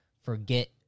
forget